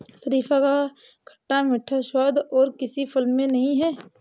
शरीफा का खट्टा मीठा स्वाद और किसी फल में नही है